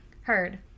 Heard